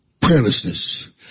prayerlessness